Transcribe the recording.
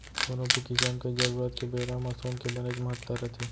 कोनो भी किसम के जरूरत के बेरा म सोन के बनेच महत्ता रथे